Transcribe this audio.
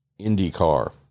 IndyCar